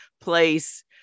place